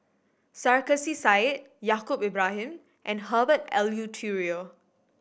Sarkasi Said Yaacob Ibrahim and Herbert Eleuterio